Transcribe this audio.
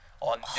on